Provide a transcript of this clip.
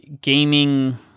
gaming